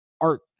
art